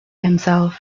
himself